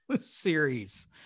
series